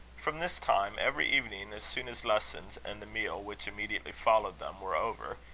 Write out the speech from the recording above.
from this time, every evening, as soon as lessons, and the meal which immediately followed them, were over,